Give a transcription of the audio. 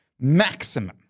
maximum